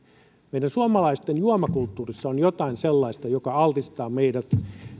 meidän suomalaisten juomakulttuurissa on jotain sellaista mikä altistaa meidät